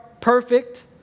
perfect